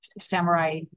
Samurai